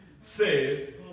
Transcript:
says